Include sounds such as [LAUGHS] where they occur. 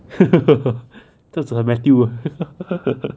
[LAUGHS] 这真的 matthew [LAUGHS]